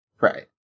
Right